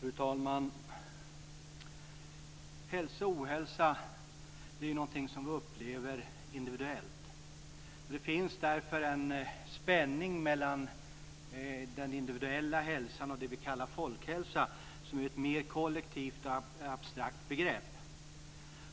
Fru talman! Hälsa och ohälsa är någonting som vi upplever individuellt. Därför finns det en spänning mellan den individuella hälsan och det vi kallar folkhälsa, som är ett mer kollektivt och abstrakt begrepp.